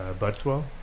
Buttswell